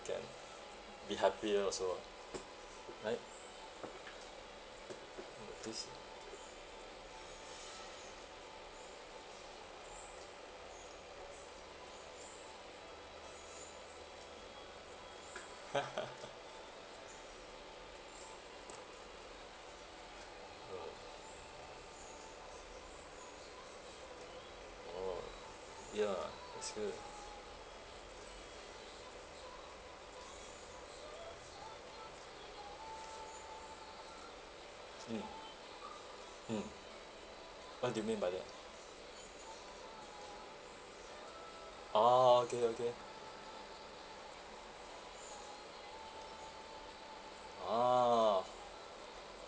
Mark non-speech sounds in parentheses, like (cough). can be happier also ah right mm please (laughs) uh oh ya that's good mm mm what do you mean by that orh okay okay a'ah